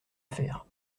affaire